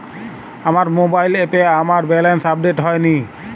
আমার মোবাইল অ্যাপে আমার ব্যালেন্স আপডেট হয়নি